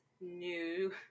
new